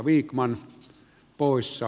arvoisa puhemies